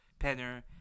Penner